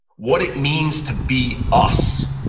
what it means to be us.